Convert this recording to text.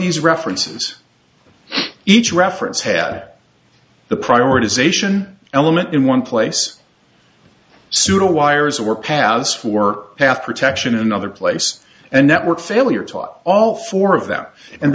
these references each reference had the prioritisation element in one place pseudo wires or paths for half protection another place a network failure top all four of them and